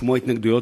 לשמוע התנגדויות,